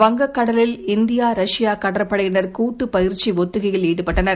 வங்கக் கடலில்இந்தியா ரஷ்யா கடற்படையினர் கூட்டுப் பயிற்சி ஒத்திகையில் ஈடுபட்டனர்